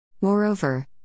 Moreover